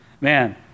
man